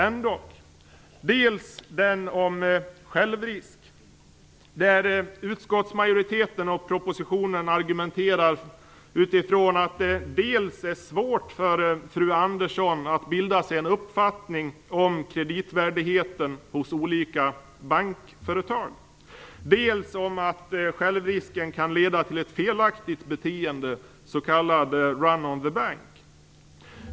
En av dem gäller självrisk, där utskottsmajoriteten och propositionen argumenterar utifrån att det dels är svårt för fru Andersson att bilda sig en uppfattning om kreditvärdigheten hos olika bankföretag, dels om att självrisken kan leda till ett felaktigt beteende, s.k. run on the bank.